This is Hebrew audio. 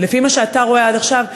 לפי מה שאתה רואה עד עכשיו,